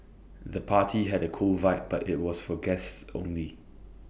the party had A cool vibe but was for guests only